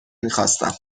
میخواستم